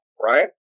right